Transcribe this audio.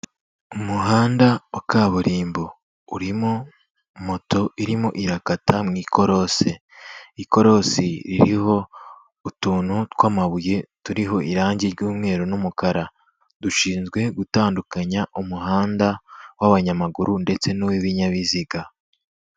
Umuhanda wa kaburimbo urimo moto irimo irakata mu ikorosi, ikorosi ririho utuntu tw'amabuye turiho irange ry'umweru n'umukara, dushinzwe gutandukanya umuhanda w'abanyamaguru ndetse n'uw'ibinyabiziga.